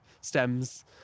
stems